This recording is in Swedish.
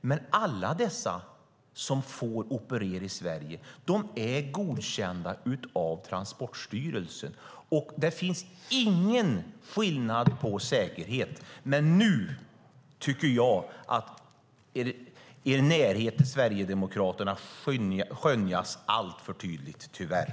Men alla som får operera i Sverige är godkända av Transportstyrelsen, och det finns ingen skillnad på säkerhet. Här tycker jag att er närhet till Sverigedemokraterna skönjes alltför tydligt, tyvärr.